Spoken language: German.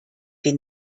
den